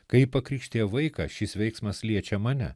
kai pakrikštija vaiką šis veiksmas liečia mane